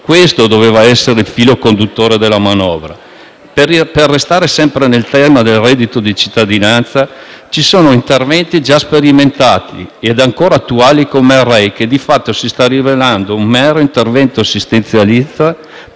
questo doveva essere il filo conduttore della manovra. Per restare sempre nel tema del reddito di cittadinanza, ci sono interventi già sperimentati ed ancora attuali come il REI, che di fatto si sta rivelando un mero intervento assistenzialista